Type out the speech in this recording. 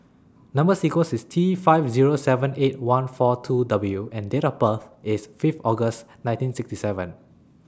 Number sequence IS T five Zero seven eight one four two W and Date of birth IS Fifth August nineteen sixty seven